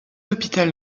hôpital